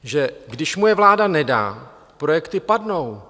Že když mu je vláda nedá, projekty padnou.